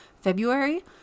February